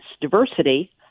diversity